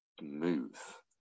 move